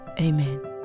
Amen